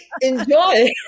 enjoy